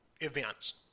events